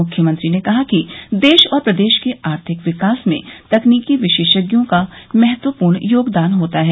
मुख्यमंत्री ने कहा कि देश और प्रदेश के आर्थिक विकास में तकनीकी विशेषज्ञों का महत्वपूर्ण योगदान होता है